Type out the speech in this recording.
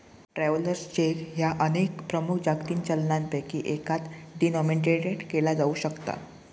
travellers cheque ह्या अनेक प्रमुख जागतिक चलनांपैकी एकात डिनोमिनेटेड केला जाऊ शकता